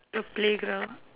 a playground